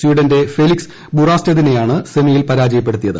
സ്വീഡന്റെ Felix ബുറെസ്റ്റെദിനെയാണ് സെമിയിൽ പരാജയപ്പെടുത്തിയത്